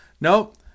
Nope